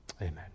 Amen